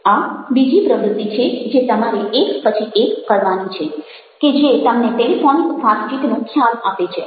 આ બીજી પ્રવૃત્તિ છે જે તમારે એક પછી એક કરવાની છે કે જે તમને ટેલિફોનિક વાતચીતનો ખ્યાલ આપે છે